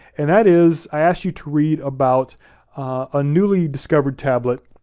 and that is i asked you to read about a newly discovered tablet